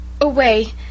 away